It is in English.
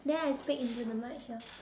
then I speak into the mic here